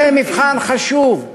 זה מבחן חשוב.